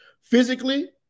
physically